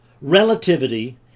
relativity